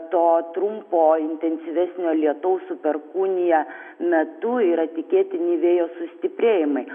to trumpo intensyvesnio lietaus su perkūnija metu yra tikėtini vėjo sustiprėjimai